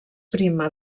prima